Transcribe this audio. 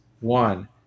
One